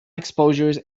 exposures